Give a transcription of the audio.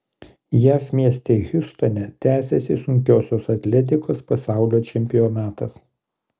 jav mieste hjustone tęsiasi sunkiosios atletikos pasaulio čempionatas